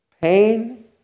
pain